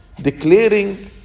declaring